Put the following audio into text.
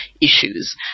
issues